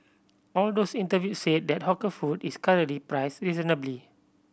all of those interviewed said that hawker food is currently priced reasonably